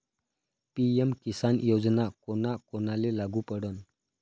PM Kisan Yojana कोना कोनाले लागू पडन?